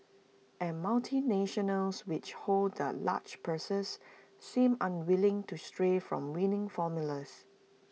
and multinationals which hold the large purses seem unwilling to stray from winning formulas